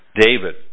David